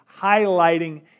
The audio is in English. highlighting